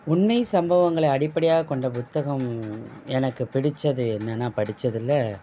உண்மைச் சம்பவங்களை அடிப்படையாகக் கொண்ட புத்தகம் எனக்குப் பிடித்தது என்னென்னால் படிச்சதில்